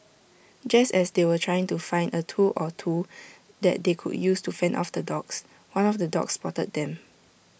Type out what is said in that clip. just as they were trying to find A tool or two that they could use to fend off the dogs one of the dogs spotted them